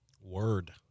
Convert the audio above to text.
Word